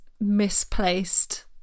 misplaced